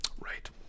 Right